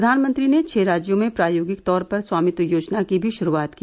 प्रधानमंत्री ने छह राज्यों में प्रायोगिक तौर पर स्वामित्व योजना की भी शुरूआत की